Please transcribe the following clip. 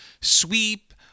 sweep